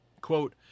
quote